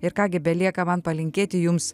ir ką gi belieka man palinkėti jums